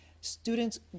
students